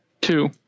two